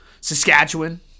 Saskatchewan